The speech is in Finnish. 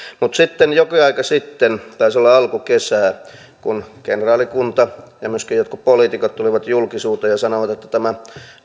mutta jokin aika sitten taisi olla alkukesää kenraalikunta ja myöskin jotkut poliitikot tulivat julkisuuteen ja sanoivat että tämä